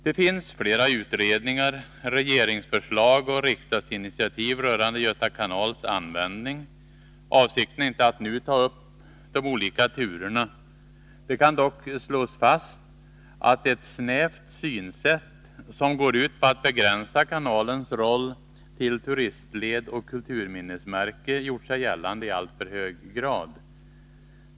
Det finns flera utredningar, regeringsförslag och riksdagsinitiativ rörande Göta kanals användning. Avsikten är inte att nu ta upp de olika turerna. Det kan dock slås fast att snävt synsätt som går ut på att begränsa kanalens roll till turistled och kulturminnesmärke har gjort sig gällande i alltför hög grad.